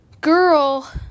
girl